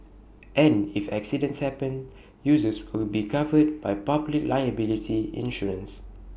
and if accidents happen users will be covered by public liability insurance